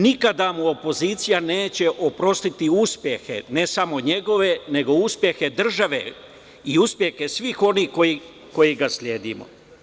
Nikada mu opozicija neće oprostiti uspehe, ne samo njegove, nego uspehe države i uspehe svih onih koji ga sledimo.